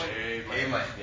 Amen